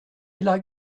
like